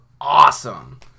awesome